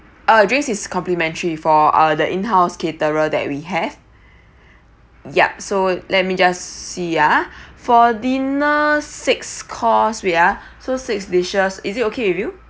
uh drinks is complimentary for uh the in-house caterer that we have yup so let me just see uh for dinner six course wait uh so six dishes is it okay with you